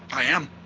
i am